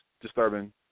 disturbing